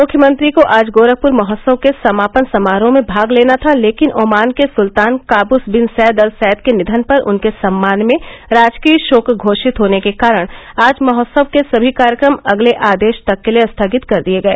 मुख्यमंत्री को आज गोरखपुर महोत्सव के समापन समारोह में भाग लेना था लेकिन ओमान के सुत्तान Qaboos bin Said al Said के निधन पर उनके सम्मान में राजकीय शोक घोषित होने के कारण आज महोत्सव के सभी कार्यक्रम अगले आदेश तक के लिए स्थगित कर दिये गए